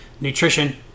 Nutrition